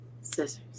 scissors